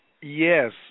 Yes